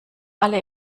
alle